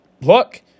look